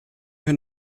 her